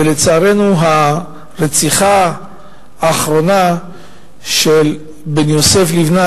ולצערנו הרצח האחרון של בן יוסף לבנת,